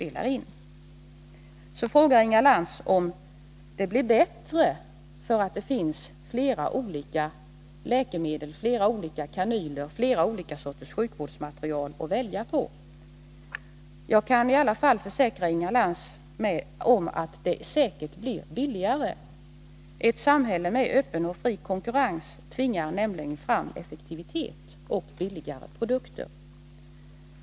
Inga Lantz frågar om det blir bättre därför att det finns flera olika läkemedel, flera olika kanyler, flera olika sorters sjukvårdsmateriel att välja på. Jag kan i alla fall försäkra Inga Lantz om att det säkert blir billigare. Ett samhälle med öppen och fri konkurrens tvingar nämligen fram effektivitet och billigare produkter.